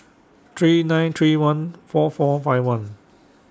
three nine three one four four five one